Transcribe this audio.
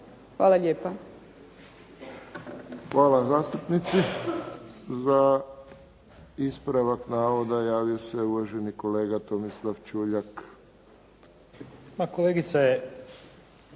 Josip (HSS)** Hvala zastupnici. Za ispravak navoda javio se uvaženi kolega Tomislav Čuljak.